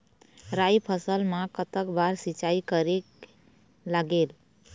राई फसल मा कतक बार सिचाई करेक लागेल?